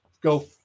go